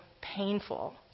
painful